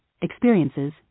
experiences